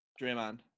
Draymond